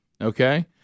Okay